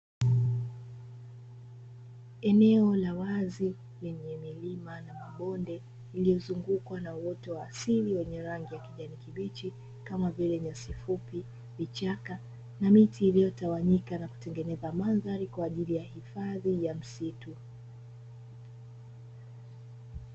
Eneo la wazi lenye milima na mabonde yaliyozungukwa na uoto wa asili wenye rangi ya kijani kibichi kama vile: nyasi fupi, vichaka, na miti iliyotawanyika na kutengeneza mandhari kwaajili ya hifadhi ya msitu.